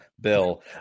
Bill